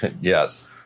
Yes